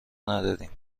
نداریم